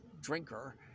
drinker